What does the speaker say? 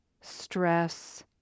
stress